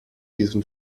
diesen